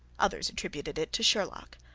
others attributed it to sherlock.